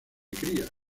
cría